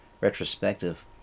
retrospective